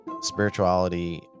spirituality